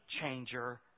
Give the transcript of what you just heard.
changer